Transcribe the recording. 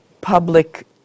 public